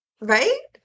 Right